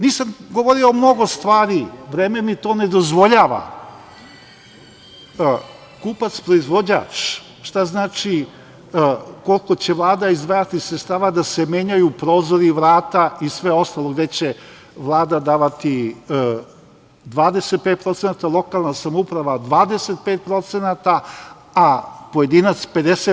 Nisam govorio o mnogo stvari, vreme mi to ne dozvoljava, kupac proizvođač, šta znači koliko će Vlada izdvajati sredstava da se menjaju prozori, vrata i sve ostalo gde će Vlada davati 25%, lokalna samouprava 25%, a pojedinac 50%